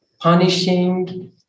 punishing